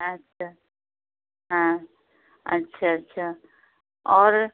अच्छा हाँ अच्छा अच्छा और